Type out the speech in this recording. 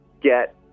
get